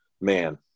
man